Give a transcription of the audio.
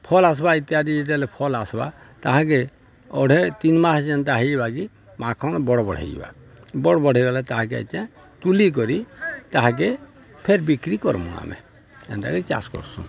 ଫଲ ଆସ୍ବା ଇତ୍ୟାଦି ଯେତେବେଲେ ଫଲ୍ ଆସ୍ବା ତାହାକେ ଅଢ଼େ ତିନ୍ ମାସ୍ ଯେନ୍ତା ହେଇଯିବା କେ ମାଖନ୍ ବଡ଼୍ ବଡ଼୍ ହେଇଯିବା ବଡ଼୍ ବଡ଼୍ ହେଇଗଲେ ତାହାକେ ଏତେ ତୁଲି କରି ତାହାକେ ଫେର୍ ବିକ୍ରି କର୍ମୁ ଆମେ ଏନ୍ତା କରି ଚାଷ୍ କର୍ସୁଁ